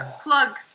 Plug